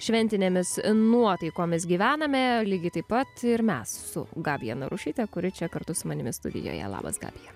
šventinėmis nuotaikomis gyvename lygiai taip pat ir mes su gabija narušyte kuri čia kartu su manimi studijoje labas gabija